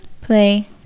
Play